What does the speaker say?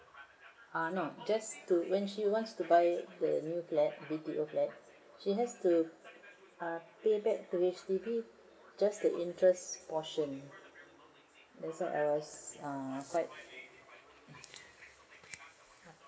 ah no just to when she wants to buy the new flat B_T_O flat she has to uh pay back to H_D_B just the interest portion that's why I was uh quite